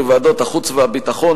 בוועדת החוץ והביטחון,